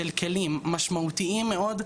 של כלים משמעותיים מאוד,